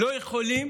לא יכולים